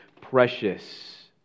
precious